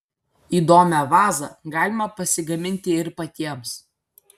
įdomią vazą galima pasigaminti ir patiems